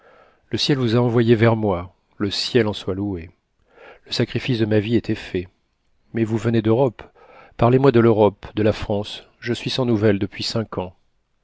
le ciel vous a envoyés vers moi le ciel en soit loué le sacrifice de ma vie était fait mais vous venez d'europe parlez-moi de l'europe de la france je suis sans nouvelles depuis cinq ans